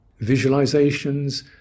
visualizations